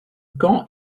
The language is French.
camp